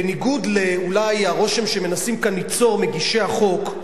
בניגוד אולי לרושם שמנסים כאן ליצור מגישי החוק,